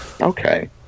Okay